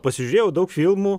pasižiūrėjau daug filmų